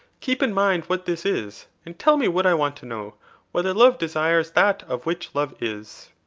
keep in mind what this is, and tell me what i want to know whether love desires that of which love is.